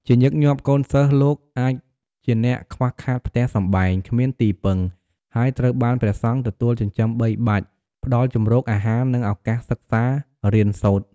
ជាញឹកញាប់ កូនសិស្សលោកអាចជាអ្នកខ្វះខាតផ្ទះសម្បែង គ្មានទីពឹង ហើយត្រូវបាន ព្រះសង្ឃទទួលចិញ្ចឹមបីបាច់ ផ្តល់ជម្រក អាហារ និងឱកាសសិក្សារៀនសូត្រ។